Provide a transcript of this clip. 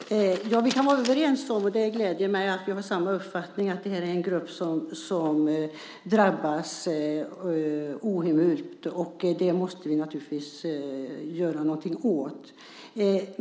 Fru talman! Vi kan vara överens om att det här är en grupp som drabbas ohemult. Det gläder mig att vi har samma uppfattning om det. Det måste vi naturligtvis göra någonting åt.